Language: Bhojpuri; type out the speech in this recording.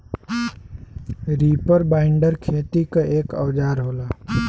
रीपर बाइंडर खेती क एक औजार होला